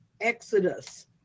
Exodus